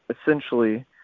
essentially